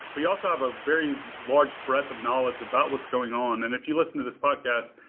but you also have a very large breadth of knowledge about what's going on. and if you listen to this podcast,